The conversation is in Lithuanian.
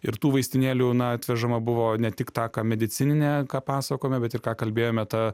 ir tų vaistinėlių na atvežama buvo ne tik ta ką medicinine ką pasakojome bet ir ką kalbėjome ta